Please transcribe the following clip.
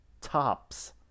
tops